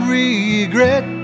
regret